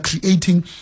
creating